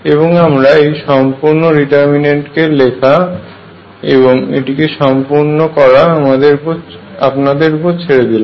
এবং আমরা এই সম্পূর্ণ ডিটারমিন্যান্টটিকে লেখা এবং এটিকে সম্পূর্ন করা আপনাদের উপর ছেড়ে দিলাম